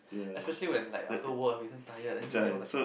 especially when like after work you damn tired then you also like